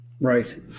Right